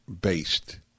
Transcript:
based